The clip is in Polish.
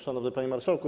Szanowny Panie Marszałku!